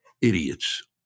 Idiots